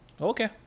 Okay